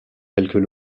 quelques